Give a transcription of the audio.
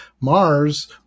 Mars